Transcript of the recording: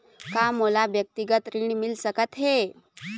का मोला व्यक्तिगत ऋण मिल सकत हे?